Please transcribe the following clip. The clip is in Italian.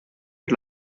per